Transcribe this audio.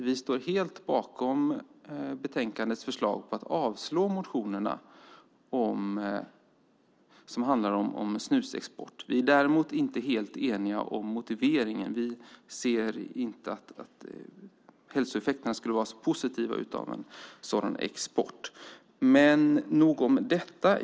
Vi står helt bakom förslaget i betänkandet att avslå motionerna som handlar om snusexport. Vi är däremot inte helt eniga om motiveringen. Vi ser inte att hälsoeffekterna av en sådan export skulle vara så positiva.